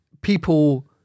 people